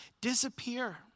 disappear